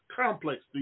complex